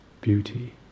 beauty